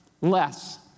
less